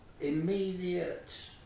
immediate